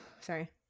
Sorry